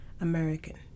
American